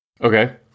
Okay